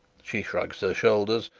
she shrugs her shoulders,